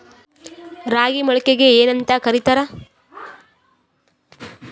ರಾಗಿ ಮೊಳಕೆಗೆ ಏನ್ಯಾಂತ ಕರಿತಾರ?